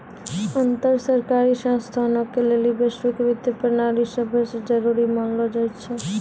अन्तर सरकारी संस्थानो के लेली वैश्विक वित्तीय प्रणाली सभै से जरुरी मानलो जाय छै